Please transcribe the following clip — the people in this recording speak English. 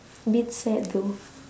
a bit sad though